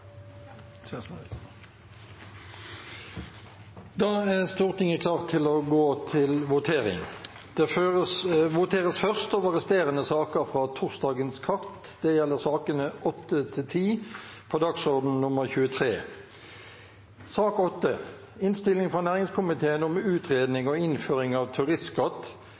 Da er Stortinget klar til å gå til votering. Det voteres først over resterende saker fra torsdagens kart. Det gjelder sakene nr. 8–10 på dagsorden nr. 23. Under debatten har Torgeir Knag Fylkesnes satt fram ett forslag på vegne av